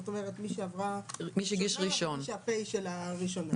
כלומר מי שה-פ' שלה ראשונה.